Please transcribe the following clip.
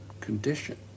condition